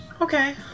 Okay